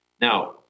Now